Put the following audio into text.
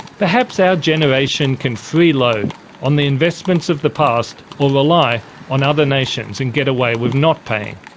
perhaps our generation can freeload on the investments of the past or rely on other nations and get away with not paying.